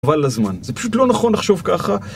חבל על הזמן, זה פשוט לא נכון לחשוב ככה